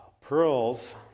Pearls